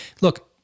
look